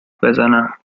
بزنم